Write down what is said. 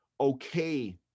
okay